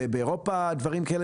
באירופה דברים כאלה.